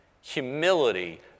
Humility